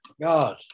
god